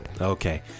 Okay